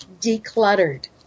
decluttered